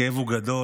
הכאב הוא גדול.